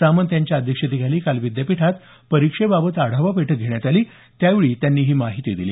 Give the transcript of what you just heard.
सामंत यांच्या अध्यक्षतेखाली काल विद्यापीठात परीक्षेबाबत आढावा बैठक घेण्यात आली त्यावेळी त्यांनी ही माहिती दिली